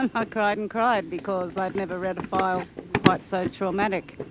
and ah cried and cried because i'd never read a file quite so traumatic.